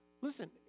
listen